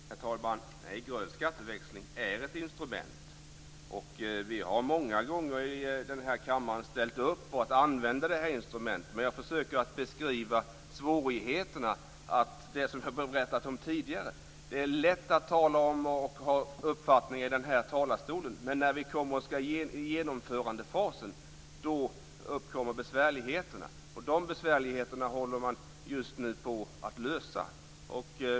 Herr talman! Grön skatteväxling är ett instrument. Vi har många gånger i den här kammaren ställt upp på att använda det här instrumentet. Jag försöker att beskriva svårigheterna. Det är lätt att tala om detta och ha uppfattningar här i talarstolen, men när vi kommer till genomförandefasen uppkommer besvärligheterna. Dessa besvärligheter håller man just nu på att lösa.